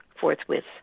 forthwith